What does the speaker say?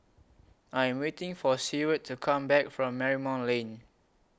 I Am waiting For Seward to Come Back from Marymount Lane